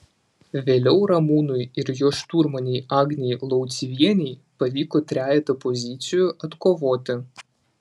vėliau ramūnui ir jo šturmanei agnei lauciuvienei pavyko trejetą pozicijų atkovoti